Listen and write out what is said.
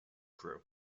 crew